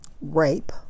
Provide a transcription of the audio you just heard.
rape